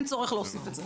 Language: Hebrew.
אין צורך להוסיף את זה.